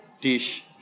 dish